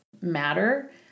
matter